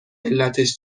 علتش